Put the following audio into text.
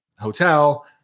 hotel